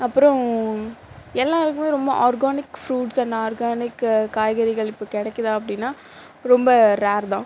அப்பறம் எல்லாருக்குமே ரொம்ப ஆர்கானிக் ஃப்ரூட்ஸ் அண்ட் ஆர்கானிக் காய்கறிகள் இப்போ கிடைக்கிதா அப்படினா ரொம்ப ரேர் தான்